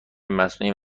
مصنوعی